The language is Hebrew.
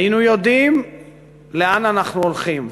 היינו יודעים לאן אנחנו הולכים,